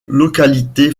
localité